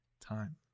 time